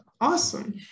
awesome